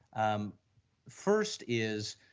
um first is,